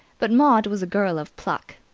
but maud was a girl of pluck.